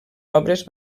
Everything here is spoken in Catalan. obres